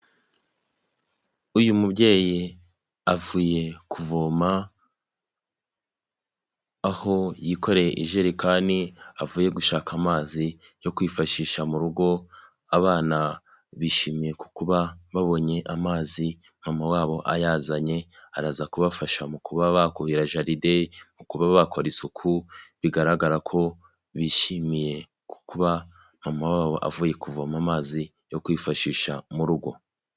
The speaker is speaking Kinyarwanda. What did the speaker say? Uyu mubyeyi avuye kuvoma aho yikoreye ijerekani avuye gushaka amazi yo kwifashisha mu rugo. Abana bishimiye ku kuba babonye amazi mama wabo ayazanye, araza kubafasha mu kuba bakuhira jaride, mu kuba bakora isuku. Bigaragara ko bishimiye kuba mama wabo avuye kuvoma amazi yo kwifashisha mu rugo.